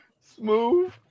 Smooth